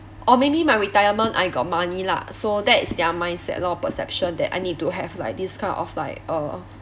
or maybe my retirement I got money lah so that is their mindset lor perception that I need to have like this kind of like a